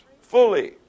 fully